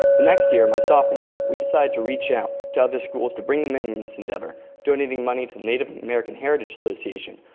the next year, my sophomore year, we decided to reach out to other schools to bring them in in this endeavor, donating money to native american heritage association,